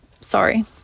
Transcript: sorry